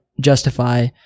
justify